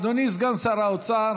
אדוני סגן שר האוצר